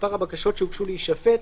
מספר הבקשות שהוגשו להישפט,